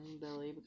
Billy